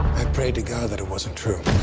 i pray to god that it wasn't true.